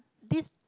this